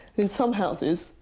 in some houses,